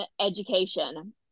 education